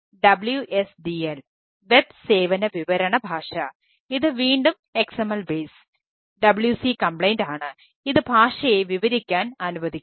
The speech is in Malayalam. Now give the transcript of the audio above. മറ്റൊന്ന് WSDL വെബ് ആണ് ഇത് ഭാഷയെ വിവരിക്കാൻ അനുവദിക്കുന്നു